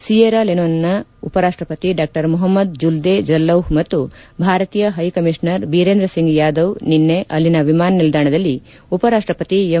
Sierra ಲೆನೋನದ ಉಪರಾಷ್ಟಪತಿ ಡಾ ಮೊಹಮ್ಮದ್ ಜುಲ್ದೇ ಜಲ್ಲೋಹ್ ಮತ್ತು ಭಾರತೀಯ ಹೈ ಕಮೀಷನರ್ ಬಿರೇಂದ್ರ ಸಿಂಗ್ ಯಾದವ್ ನಿನ್ನೆ ಅಲ್ಲಿನ ವಿಮಾನ ನಿಲ್ದಾಣದಲ್ಲಿ ಉಪರಾಷ್ಷಪತಿ ಎಂ